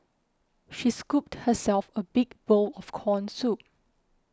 she scooped herself a big bowl of Corn Soup